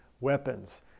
weapons